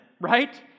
right